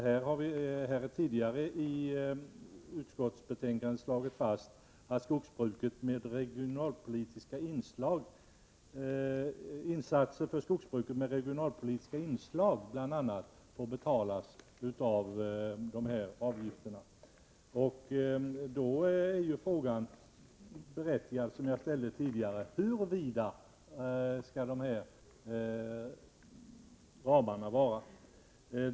Skatteutskottet har tidigare i ett betänkande slagit fast att insatser för skogsbruket med regionalpolitiska inslag får betalas av dessa avgifter. Då är frågan som jag tidigare ställde berättigad: Hur vida skall dessa ramar vara?